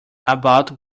about